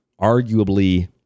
arguably